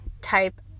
type